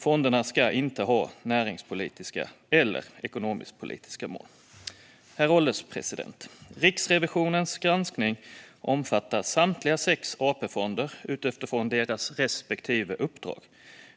Fonderna ska inte ha näringspolitiska eller ekonomiskpolitiska mål. Herr ålderspresident! Riksrevisionens granskning omfattar samtliga sex AP-fonder utifrån deras respektive uppdrag.